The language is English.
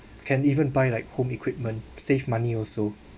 can even buy like home equipment save money also